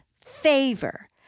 favor